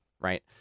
right